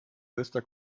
bester